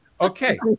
Okay